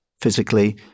physically